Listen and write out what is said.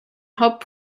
haupt